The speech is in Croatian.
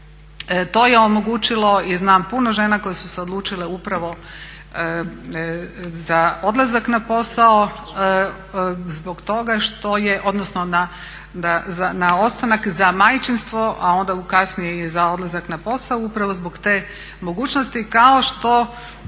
To je omogućilo i znam puno žene koje su se odlučile upravo za odlazak na posao zbog toga što je, odnosno na ostanak za majčinstvo a onda u kasnije i za odlazak na posao upravo zbog te mogućnosti kao što